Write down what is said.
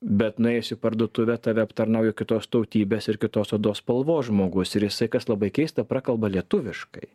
bet nuėjus į parduotuvę tave aptarnauja kitos tautybės ir kitos odos spalvo žmogus ir jisai kas labai keista prakalba lietuviškai